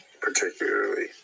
particularly